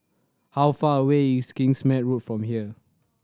how far away is Kingsmead Road from here